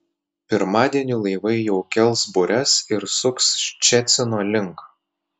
pirmadienį laivai jau kels bures ir suks ščecino link